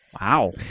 wow